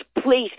Please